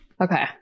Okay